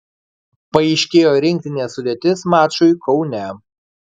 paaiškėjo rinktinės sudėtis mačui kaune